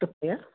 कृपया